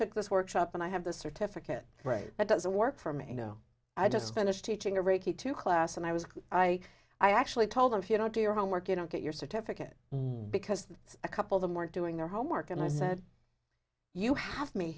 took this workshop and i have the certificate right it doesn't work for me no i just finished teaching a reiki to class and i was i i actually told them if you don't do your homework you don't get your certificate because it's a couple them weren't doing their homework and i said you have me